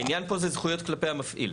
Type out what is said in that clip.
העניין פה זה זכויות כלפי המפעיל.